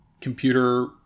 computer